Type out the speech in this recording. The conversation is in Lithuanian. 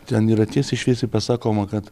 ten yra tiesiai šviesiai pasakoma kad